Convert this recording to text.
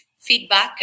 feedback